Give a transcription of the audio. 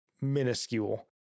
minuscule